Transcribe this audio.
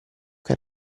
che